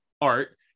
art